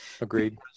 Agreed